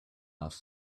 off